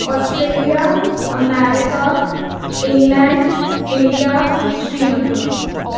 Australia America England India Sri Lanka